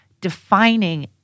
defining